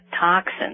toxins